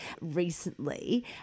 recently